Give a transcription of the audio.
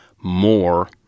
more